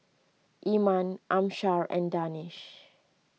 Iman Amsyar and Danish